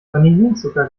vanillinzucker